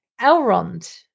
Elrond